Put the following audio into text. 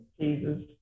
Jesus